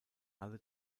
alle